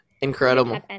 incredible